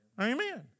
Amen